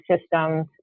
systems